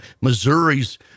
Missouri's